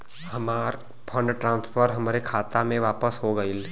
हमार fund transfer हमरे खाता मे वापस हो गईल